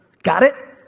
got it?